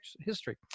history